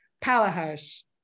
powerhouse